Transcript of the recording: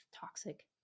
toxic